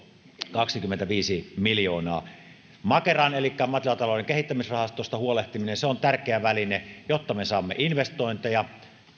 kaksikymmentäviisi miljoonaa makerasta elikkä maatilatalouden kehittämisrahastosta huolehtiminen se on tärkeä väline jotta me saamme investointeja